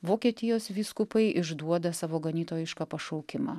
vokietijos vyskupai išduoda savo ganytojišką pašaukimą